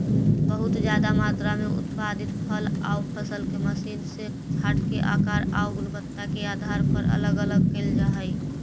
बहुत ज्यादा मात्रा में उत्पादित फल आउ फसल के मशीन से छाँटके आकार आउ गुणवत्ता के आधार पर अलग अलग कैल जा हई